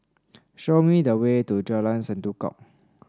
show me the way to Jalan Sendudok